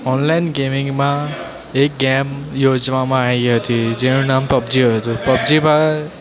online ગેમિંગમાં એક game યોજવામાં આવી હતી જેનું નામ પબજી હતું પબજીમાં